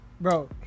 Bro